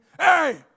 Hey